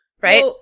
Right